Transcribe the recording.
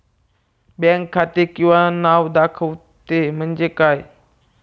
Bank खाते किंवा नाव दाखवते म्हणजे काय?